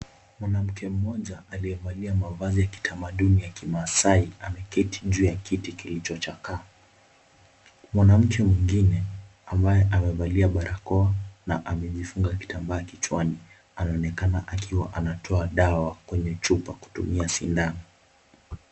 Mwanamke mmoja, aliyevalia mavazi ya kitamaduni ya kimasai ameketi juu ya kiti kilichochakaa. Wanamke mwingine, ambaye amevalia barakoa, na amejifunga kitambaa kichwani. Anaonekana akiwa anatoa dawa kwenye chupa kutumia sindano.